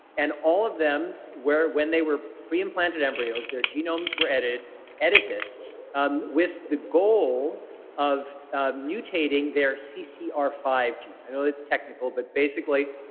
and all of them were when they were pre-implanted embryos, their genomes were edited edited um with the goal of ah mutating their c c r five gene. i know that's technical, but basically,